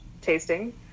tasting